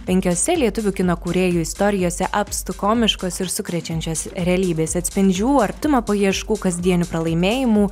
penkiose lietuvių kino kūrėjų istorijose apstu komiškos ir sukrečiančios realybės atspindžių artumo paieškų kasdienių pralaimėjimų